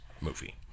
movie